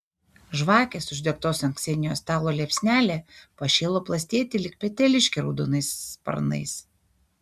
žvakės uždegtos ant ksenijos stalo liepsnelė pašėlo plastėti lyg peteliškė raudonais sparnais